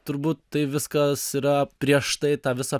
turbūt tai viskas yra prieš tai tą visą